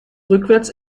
rückwärts